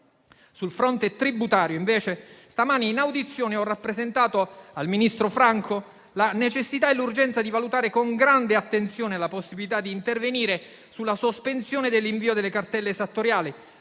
Sul fronte tributario, invece, stamani in audizione ho rappresentato al ministro Franco la necessità e l'urgenza di valutare con grande attenzione la possibilità di intervenire sulla sospensione dell'invio delle cartelle esattoriali,